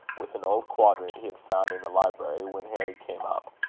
with an old quadrant he had found in the library, when harry came up.